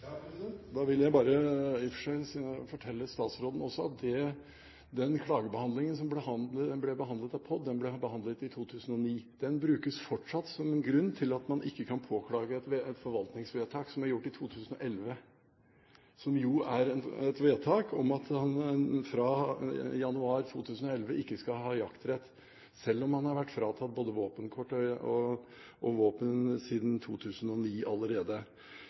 Da vil jeg bare fortelle statsråden at den klagen som ble behandlet av POD, ble behandlet i 2009. Det brukes fortsatt som grunnen til at man ikke kan påklage et forvaltningsvedtak som er gjort i 2011, som er et vedtak om at han fra januar 2011 ikke skal ha jaktrett, selv om han har vært fratatt både våpenkort og våpen siden 2009 allerede.